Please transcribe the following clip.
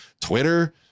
Twitter